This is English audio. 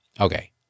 Okay